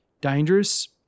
dangerous